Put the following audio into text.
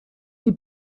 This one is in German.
die